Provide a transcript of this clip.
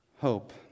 Hope